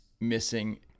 missing